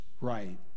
right